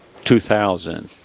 2000